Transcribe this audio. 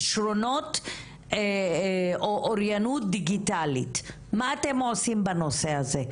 בכישרונות או אוריינות דיגיטלית מה אתם עושים בנושא הזה,